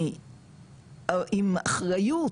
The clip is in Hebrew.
עם אחריות